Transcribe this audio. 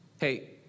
Hey